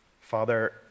Father